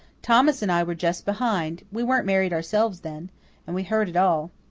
thomas and i were just behind we weren't married ourselves then and we heard it all.